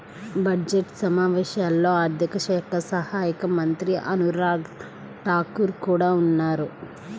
budget సమావేశాల్లో ఆర్థిక శాఖ సహాయక మంత్రి అనురాగ్ ఠాకూర్ కూడా ఉన్నారు